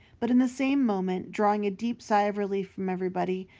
but in the same moment, drawing a deep sigh of relief from everybody,